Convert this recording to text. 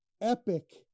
epic